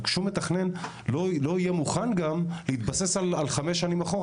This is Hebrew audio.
שום מתכנן גם לא יהיה מוכן להתבסס על חמש שנים אחורה,